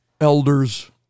Elders